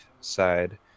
side